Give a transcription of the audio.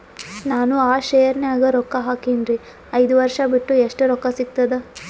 ನಾನು ಆ ಶೇರ ನ್ಯಾಗ ರೊಕ್ಕ ಹಾಕಿನ್ರಿ, ಐದ ವರ್ಷ ಬಿಟ್ಟು ಎಷ್ಟ ರೊಕ್ಕ ಸಿಗ್ತದ?